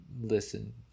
listen